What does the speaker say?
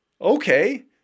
okay